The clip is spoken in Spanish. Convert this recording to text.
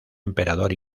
emperador